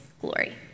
glory